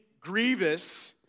grievous